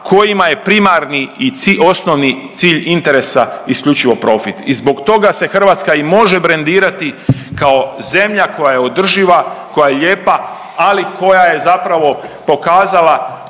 kojima je primarni i osnovni cilj interesa isključivo profit i zbog toga se Hrvatska i može brendirati kao zemlja koja je održiva, koja je lijepa, ali koja je zapravo pokazala